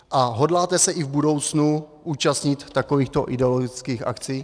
A hodláte se i v budoucnu účastnit takovýchto ideologických akcí?